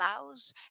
allows